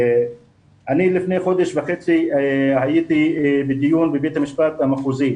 אני לפני חודש וחצי הייתי בדיון בבית המשפט המחוזי,